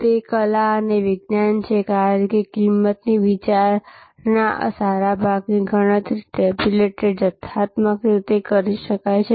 તે કલા અને વિજ્ઞાન છે કારણ કે કિંમતની વિચારણાના સારા ભાગની ગણતરી ટેબ્યુલેટેડ જથ્થાત્મક રીતે કરી શકાય છે